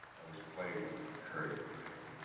i was plagued with a recurring dream.